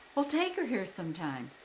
well, take her here sometime.